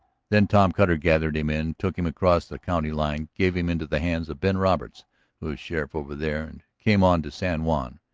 then tom cutter gathered him in, took him across the county line, gave him into the hands of ben roberts who is sheriff over there, and came on to san juan.